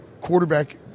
quarterback